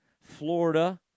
Florida